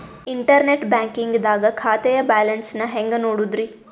Internet banking ದಾಗ ಖಾತೆಯ balance ನ ಹೆಂಗ್ ನೋಡುದ್ರಿ?